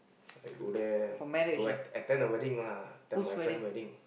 I go there to attend a wedding lah attend my friend wedding